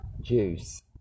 juice